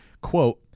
quote